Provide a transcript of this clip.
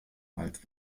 alt